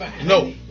No